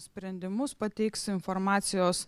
sprendimus pateiks informacijos